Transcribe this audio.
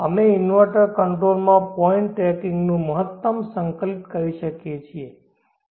અમે ઇન્વરર્ટર કંટ્રોલમાં પોઇન્ટ ટ્રેકિંગનું મહત્તમ સંકલિત કરી શકીએ છીએ